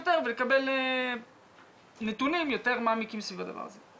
יותר ולקבל נתונים מעמיקים סביב הדבר הזה.